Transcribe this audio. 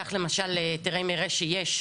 כך למשל היתרי מרעה שיש,